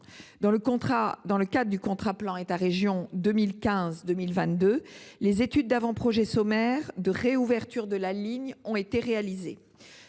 Dans le cadre du contrat de plan État région 2015 2022, les études d’avant projet sommaire de réouverture de la ligne ont été réalisées.